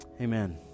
amen